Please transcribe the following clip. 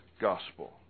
gospel